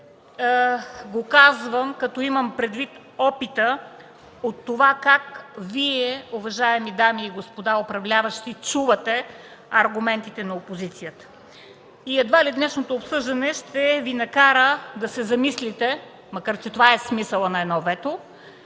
го казвам, като имам предвид опита от това как Вие, уважаеми дами и господа управляващи, чувате аргументите на опозицията. Едва ли днешното обсъждане ще Ви накара да се замислите, макар че това е смисълът на едно вето,